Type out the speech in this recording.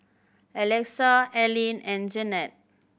Alexa Allyn and Janette